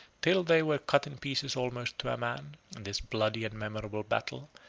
till they were cut in pieces almost to a man, in this bloody and memorable battle,